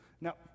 Now